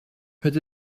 het